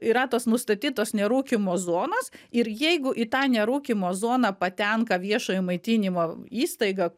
yra tos nustatytos nerūkymo zonos ir jeigu į tą nerūkymo zoną patenka viešojo maitinimo įstaiga